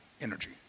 energy